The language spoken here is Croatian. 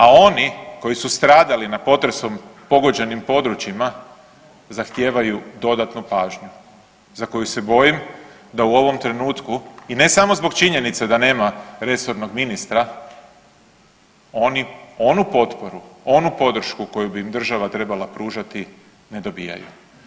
A oni koji su stradali na potresom pogođenim područjima zahtijevaju za koju se bojim da u ovom trenutku i ne samo zbog činjenice da nema resornog ministra, onu potporu, onu podršku koju bi im država trebala pružati ne dobijaju.